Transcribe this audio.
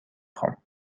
خوام